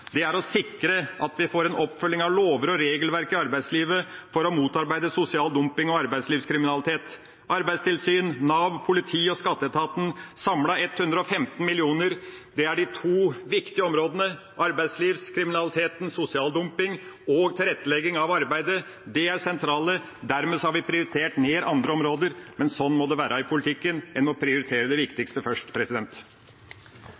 er å sikre at vi får en oppfølging av lover og regelverk i arbeidslivet for å motarbeide sosial dumping og arbeidslivskriminalitet: Arbeidstilsynet, Nav, politiet og skatteetaten – samlet 115 mill. kr. Det er de viktige områdene, arbeidslivskriminaliteten, sosial dumping og tilrettelegging av arbeidet. Det er det sentrale, dermed har vi prioritert ned andre områder, men sånn må det være i politikken, en må prioritere det viktigste først.